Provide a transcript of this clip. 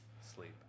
sleep